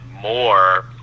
more